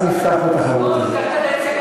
אז נפתח בתחרות הזאת.